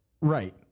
Right